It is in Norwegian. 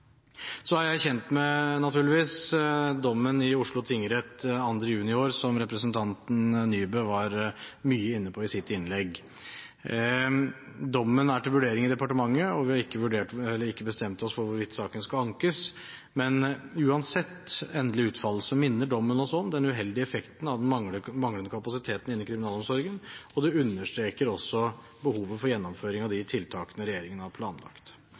Så er jeg naturligvis kjent med dommen i Oslo tingrett fra 2. juni i år, som representanten Nybø var mye inne på i sitt innlegg. Dommen er til vurdering i departementet, og vi har ikke bestemt oss for hvorvidt saken skal ankes. Men uansett endelig utfall, minner dommen oss om den uheldige effekten av den manglende kapasiteten innen kriminalomsorgen, og det understreker også behovet for gjennomføring av de tiltakene regjeringen har planlagt.